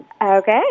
Okay